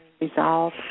resolve